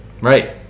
Right